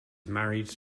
married